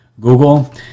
Google